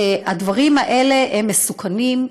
הדברים האלה הם מסוכנים,